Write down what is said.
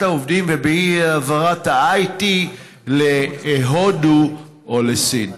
העובדים ובאי-העברת ה-IT להודו או לסין.